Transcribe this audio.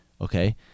Okay